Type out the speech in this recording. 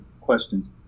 questions